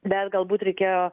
bet galbūt reikėjo